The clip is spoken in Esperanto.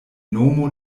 nomo